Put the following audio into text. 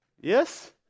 Yes